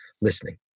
listening